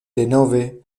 denove